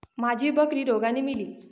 माझी बकरी रोगाने मेली